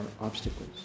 obstacles